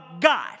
God